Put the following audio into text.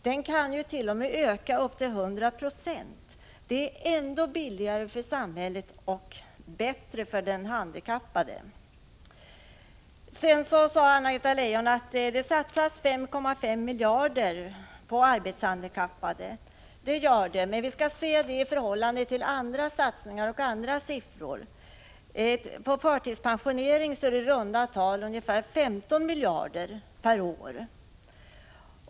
Den kan t.o.m. öka upp till 100 96 — det är ändå billigare för samhället och bättre för den handikappade. Anna-Greta Leijon sade att det satsas 5,5 miljarder på arbetshandikappade. Ja, men det skall man se i förhållande till andra satsningar och andra siffror. På förtidspensionering satsas det i runda tal 15 miljarder per år.